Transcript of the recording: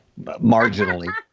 marginally